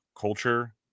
culture